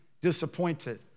disappointed